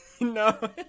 no